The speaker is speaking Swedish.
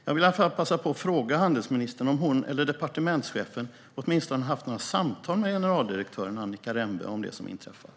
Jag vill passa på att fråga handelsministern om hon eller departementschefen åtminstone haft några samtal med generaldirektören Annika Rembe om det som inträffat.